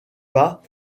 pas